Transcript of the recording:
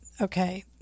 okay